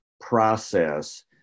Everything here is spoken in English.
process